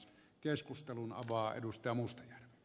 keskustelun avaa edusta mustonen